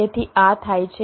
તેથી આ થાય છે